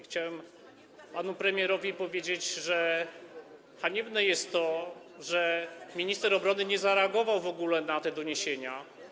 Chciałem panu premierowi powiedzieć, że haniebne jest to, że minister obrony nie zareagował w ogóle na te doniesienia.